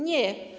Nie.